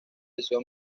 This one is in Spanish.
liceo